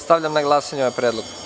Stavljam na glasanje ovaj predlog.